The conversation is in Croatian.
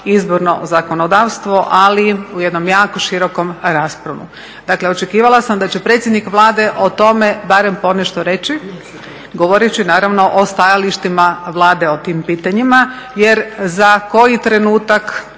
izborno zakonodavstvo, ali u jednom jako širokom rasponu. Dakle, očekivala sam da će predsjednik Vlade o tome barem ponešto reći, govoreći naravno o stajalištima Vlade o tim pitanjima jer za koji trenutak,